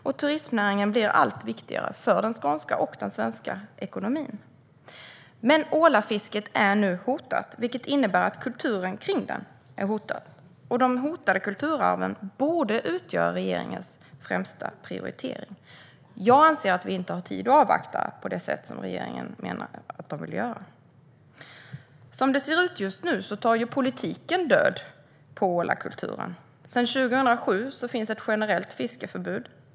Och turistnäringen blir allt viktigare för den skånska, och den svenska, ekonomin. Jag anser att vi inte har tid att avvakta på det sätt som regeringen menar att man vill göra. Som det ser ut just nu tar politiken död på ålakulturen. Sedan 2007 finns ett generellt fiskeförbud.